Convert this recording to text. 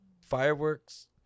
fireworks